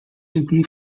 degree